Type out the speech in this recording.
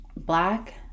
Black